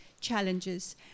challenges